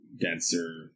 denser